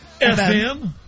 FM